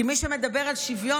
כי מי שמדבר על שוויון,